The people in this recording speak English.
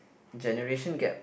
generation gap